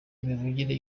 imivugire